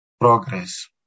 progress